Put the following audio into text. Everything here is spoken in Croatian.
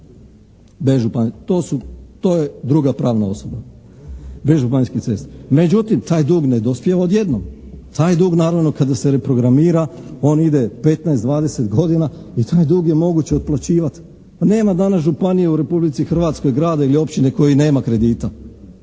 su, to je druga pravna osoba, bez županijskih cesta. Međutim, taj dug ne dospijeva od jednom. Taj dug naravno kada se reprogramira on ide 15, 20 godina i taj dug je moguće otplaćivati. Ma nema danas županije u Republici Hrvatskoj, grada ili općine koji nema kredita,